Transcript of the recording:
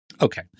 Okay